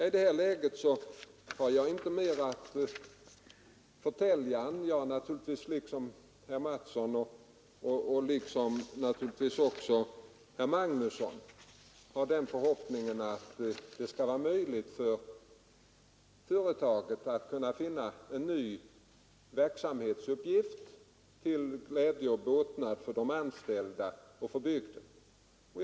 I det läget har jag inte mer att förtälja än att jag liksom naturligtvis herr Mattsson och herr Magnusson har den förhoppningen att det skall bli möjligt för företaget att finna en ny verksamhetsuppgift till glädje och båtnad för de anställda och för bygden.